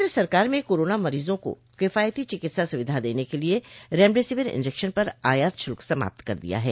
केंद्र सरकार में कोरोना मरीजोंको किफायती चिकित्सा सुविधा देने के लिए रेमडेसिविर इंजेक्शजन पर आयात शुल्क समाप्त कर दिया है